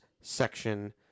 section